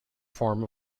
form